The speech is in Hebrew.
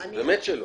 באמת שלא.